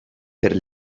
per